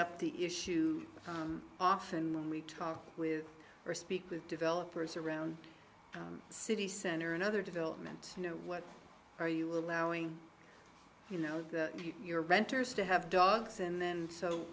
up the issue often when we talk with or speak with developers around the city center another development you know what are you allowing you know your renters to have dogs and then so